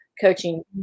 coaching